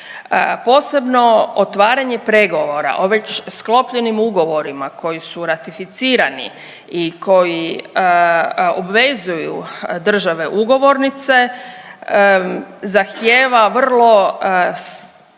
Posebno otvaranje pregovora o već sklopljenim ugovorima koji su ratificirani i koji obvezuju države ugovornice zahtijeva vrlo čvrsto